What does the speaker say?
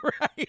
right